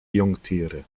jungtiere